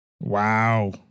Wow